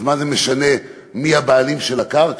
אז מה זה משנה מי הבעלים של הקרקע?